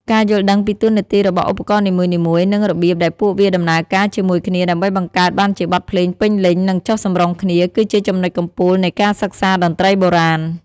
ការយល់ដឹងពីតួនាទីរបស់ឧបករណ៍នីមួយៗ និងរបៀបដែលពួកវាដំណើរការជាមួយគ្នាដើម្បីបង្កើតបានជាបទភ្លេងពេញលេញ និងចុះសម្រុងគ្នា គឺជាចំណុចកំពូលនៃការសិក្សាតន្ត្រីបុរាណ។